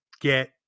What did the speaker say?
get